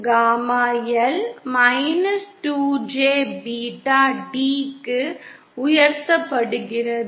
gamma L 2jbetaபீட்டாd க்கு உயர்த்தப்படுகிறது